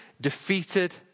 defeated